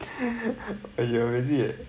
as you already leh